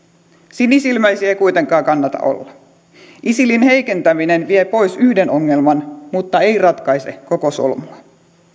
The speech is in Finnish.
sinisilmäisiä ei kuitenkaan kannata olla isilin heikentäminen vie pois yhden ongelman mutta ei ratkaise koko solmua